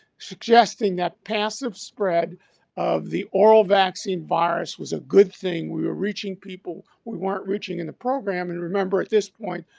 suggesting that passive spread of the oral vaccine virus was a good thing. we were reaching people. we weren't reaching in the program. and remember at this point,